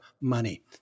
money